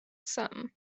some